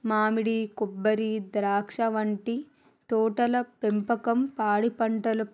మామిడి కొబ్బరి ద్రాక్ష వంటి తోటల పెంపకం పాడిపంటలు